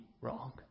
wrong